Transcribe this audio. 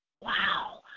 wow